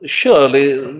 surely